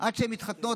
עד שהן מתחתנות,